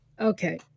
Okay